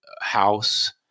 house